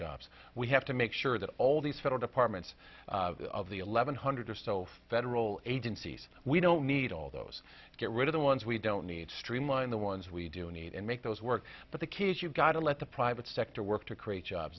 jobs we have to make sure that all these federal departments of the eleven hundred or so federal agencies we don't need all those get rid of the ones we don't need streamline the ones we do need and make those work but the key is you've got to let the private sector work to create jobs